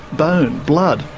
bone, blood,